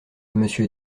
monsieur